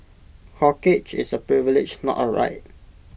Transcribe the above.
corkage is A privilege not A right